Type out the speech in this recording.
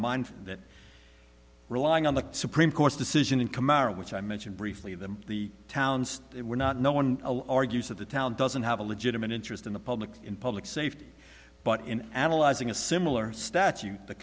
mind that relying on the supreme court's decision in camaron which i mentioned briefly the the town were not no one argues that the town doesn't have a legitimate interest in the public in public safety but in analyzing a similar statute the